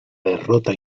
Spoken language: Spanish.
derrota